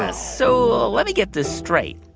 ah so let me get this straight.